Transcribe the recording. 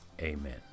amen